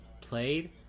played